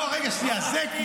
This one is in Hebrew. המשכין.